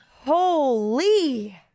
Holy